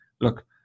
look